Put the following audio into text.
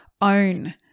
own